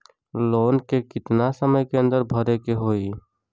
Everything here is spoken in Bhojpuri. लोन के कितना समय के अंदर भरे के होई?